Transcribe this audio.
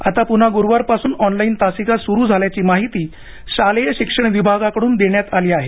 आता पुन्हा गुरुवारपासून ऑनलाइन तासिका सुरू झाल्याची माहिती शालेय शिक्षण विभागाकडून देण्यात आली आहे